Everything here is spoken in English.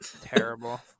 Terrible